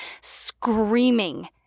screaming